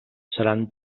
seran